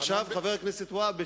חבר הכנסת והבה,